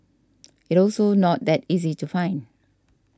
it also not that easy to find